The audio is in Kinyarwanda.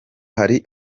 hari